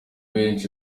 benshi